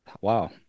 Wow